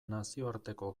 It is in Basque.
nazioarteko